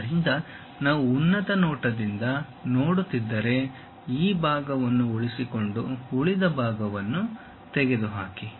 ಆದ್ದರಿಂದ ನಾವು ಉನ್ನತ ನೋಟದಿಂದ ನೋಡುತ್ತಿದ್ದರೆ ಈ ಭಾಗವನ್ನು ಉಳಿಸಿಕೊಂಡು ಉಳಿದ ಭಾಗವನ್ನು ತೆಗೆದುಹಾಕಿ